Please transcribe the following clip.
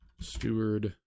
steward